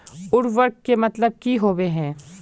उर्वरक के मतलब की होबे है?